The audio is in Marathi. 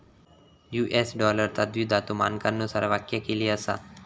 यू.एस डॉलरचा द्विधातु मानकांनुसार व्याख्या केली असा